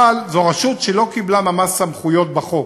אבל זאת רשות שלא קיבלה ממש סמכויות בחוק.